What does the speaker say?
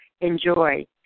Enjoy